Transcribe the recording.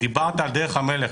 דיברת על דרך המלך,